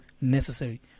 necessary